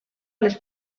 les